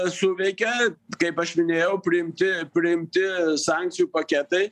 suveikia kaip aš minėjau priimti priimti sankcijų paketai